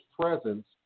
presence